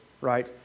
right